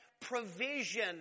provision